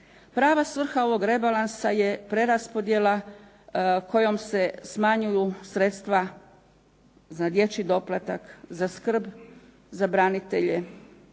Prava svrha ovog rebalansa je preraspodjela kojom se smanjuju sredstva za dječji doplatak, za skrb, za branitelje,